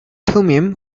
thummim